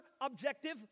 objective